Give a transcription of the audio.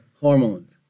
hormones